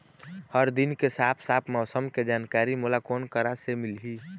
हर दिन के साफ साफ मौसम के जानकारी मोला कोन करा से मिलही?